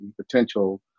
potential